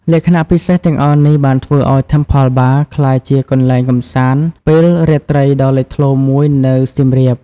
លក្ខណៈពិសេសទាំងអស់នេះបានធ្វើឲ្យ Temple Bar ក្លាយជាកន្លែងកម្សាន្តពេលរាត្រីដ៏លេចធ្លោមួយនៅសៀមរាប។